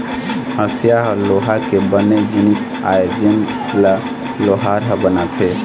हँसिया ह लोहा के बने जिनिस आय जेन ल लोहार ह बनाथे